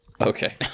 Okay